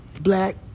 black